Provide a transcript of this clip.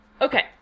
okay